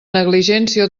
negligència